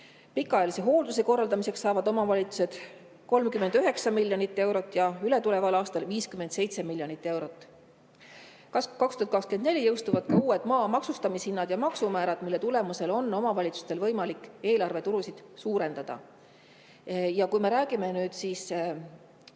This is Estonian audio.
Pikaajalise hoolduse korraldamiseks saavad omavalitsused 39 miljonit eurot ja ületuleval aastal 57 miljonit eurot. Aastal 2024 jõustuvad uued maa maksustamishinnad ja maksumäärad, mille tulemusel on omavalitsustel võimalik eelarve tulusid suurendada. Ja kui me räägime alushariduse